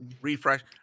refresh